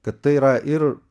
kad tai yra ir